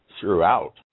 throughout